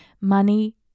Money